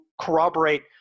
corroborate